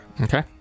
Okay